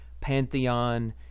pantheon